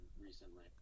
recently